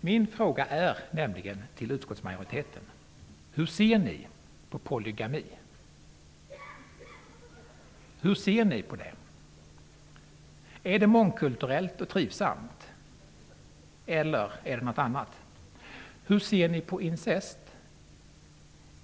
Min fråga till utskottsmajoriteten är: Hur ser ni på polygami? Hur ser ni på det? Är det mångkulturellt och trivsamt, eller är det något annat? Hur ser ni på incest?